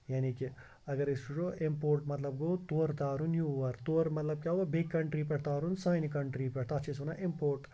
یعنی کہِ اگر أسۍ وٕچھو اِمپوٹ مطلب گوٚو تورٕ تارُن یور تورٕ مطلب کیٛاہ گوٚو مطلب بیٚیہِ کَنٹری پٮ۪ٹھ تارُن سانہِ کَنٹری پٮ۪ٹھ تَتھ چھِ أسۍ وَنان اِمپوٹ